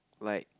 like